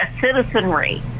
citizenry